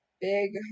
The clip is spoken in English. Big